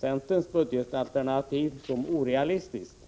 centerns budgetalternativ som orealistiskt.